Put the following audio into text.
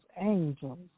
angels